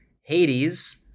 Hades